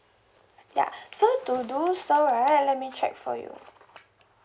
ya so do so right let me check for you